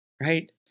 right